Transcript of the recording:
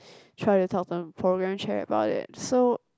try to talk to her check about it so